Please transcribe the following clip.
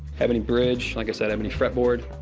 ebony bridge, like i said, ebony fretboard.